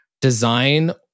design